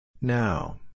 Now